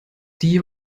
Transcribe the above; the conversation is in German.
die